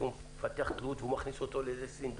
שהוא מפתח בו תלות, והוא מכניס אותו לסינדרום.